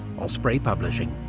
osprey publishing.